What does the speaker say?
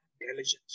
intelligence